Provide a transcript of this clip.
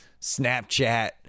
Snapchat